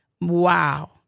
Wow